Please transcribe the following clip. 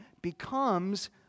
becomes